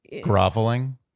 Groveling